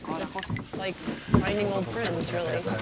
it's like finding old friends really.